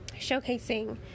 showcasing